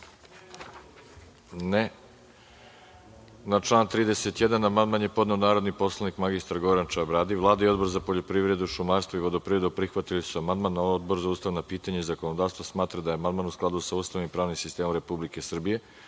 Ne. Na član 79. amandman je podneo narodni poslanik Petar Petrović. Vlada i Odbor za poljoprivredu, šumarstvo i vodoprivredu prihvatili su amandman, a Odbor za ustavna pitanja i zakonodavstvo smatra da je amandman u skladu sa Ustavom i pravnim sistemom Republike Srbije,